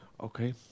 Okay